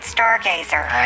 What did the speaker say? Stargazer